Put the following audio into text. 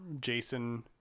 jason